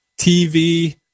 TV